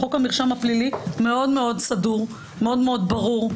חוק המרשם הפלילי מאוד סדור, מאוד ברור.